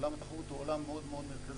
עולם התחרות הוא עולם מאוד מאוד מרכזי.